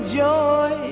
joy